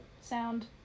sound